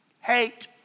Hate